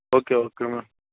okay okay madam